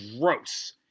gross